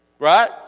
Right